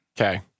Okay